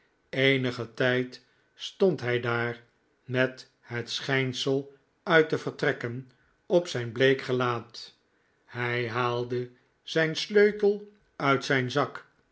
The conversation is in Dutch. eenigen tijd stond hij daar met het schijnsel uit de vertrekken op zijn bleek gelaat hij haalde zijn sleutel uit zijn zak